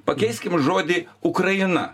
pakeiskim žodį ukraina